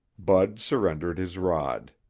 bud surrendered his rod.